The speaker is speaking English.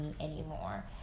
anymore